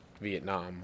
Vietnam